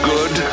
Good